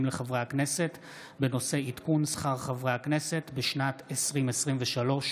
לחברי הכנסת בנושא עדכון שכר חברי הכנסת 2023. תודה.